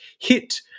hit